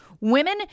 Women